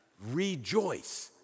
Rejoice